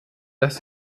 dass